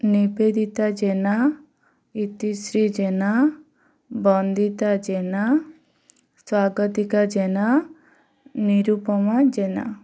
Nivedita Jena Itishree Jena Bandita Jena Swagatika Jena Nirupama Jena